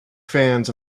fans